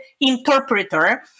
interpreter